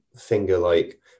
finger-like